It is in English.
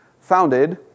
founded